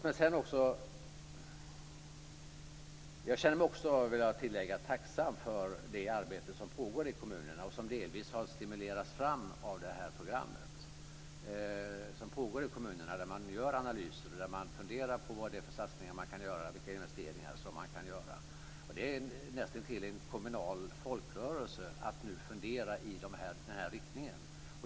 Jag vill tillägga att jag känner mig tacksam för det arbete som pågår i kommunerna och som delvis har stimulerats fram av programmet. Man gör analyser och funderar på vilka satsningar och investeringar man kan göra. Det är nästintill en kommunal folkrörelse att nu fundera i den riktningen.